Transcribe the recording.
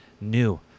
new